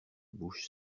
bouche